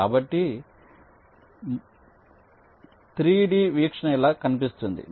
కాబట్టి 3D వీక్షణ ఇలా కనిపిస్తుంది